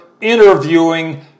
Interviewing